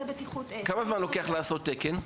כמה זמן לוקח לעשות תקן?